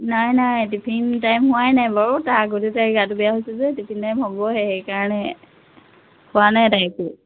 নাই নাই tiffin time হোৱাই নাই বাৰু তাৰ আগতে তাইৰ গাটো বেয়া হৈছে যে টিফিন টাইম হ'বহে সেইকাৰণে খোৱা নাই তাই একো